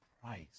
price